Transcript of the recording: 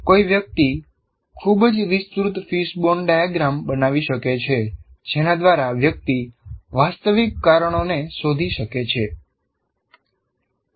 કોઈ વ્યક્તિ ખૂબ જ વિસ્તૃત ફિશબોન ડાયાગ્રામ બનાવી શકે છે જેના દ્વારા વ્યક્તિ વાસ્તવિક કારણોને શોધી શકે છે